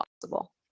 possible